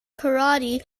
karate